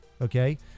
Okay